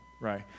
right